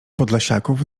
podlasiaków